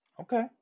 Okay